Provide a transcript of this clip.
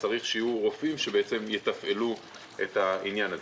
לכן צריך שיהיו רופאים שיתפעלו את העניין הזה.